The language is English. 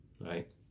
Right